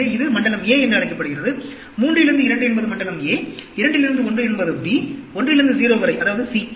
எனவே இது மண்டலம் a என்று அழைக்கப்படுகிறது 3 லிருந்து 2 என்பது மண்டலம் a 2 லிருந்து 1 என்பது b 1 லிருந்து 0 வரை அதாவது c